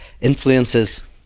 influences